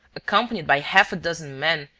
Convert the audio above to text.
accompanied by half a dozen men,